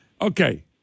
okay